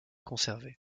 conservés